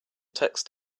text